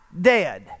dead